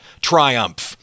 Triumph